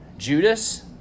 Judas